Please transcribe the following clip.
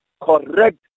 correct